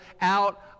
out